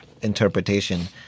interpretation